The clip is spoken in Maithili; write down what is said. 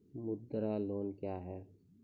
मुद्रा लोन क्या हैं?